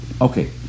Okay